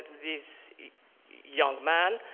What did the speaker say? this young man